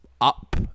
up